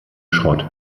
schrott